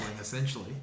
essentially